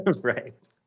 Right